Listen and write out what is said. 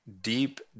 deep